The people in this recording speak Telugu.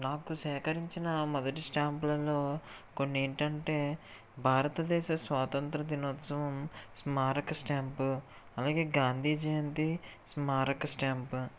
నాకు సేకరించిన మొదటి స్టాంపులలో కొన్ని ఏంటంటే భారతదేశ స్వాతంత్ర దినోత్సవం స్మారక స్టాంపు అలాగే గాంధీ జయంతి స్మారక స్టాంపు